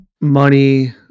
money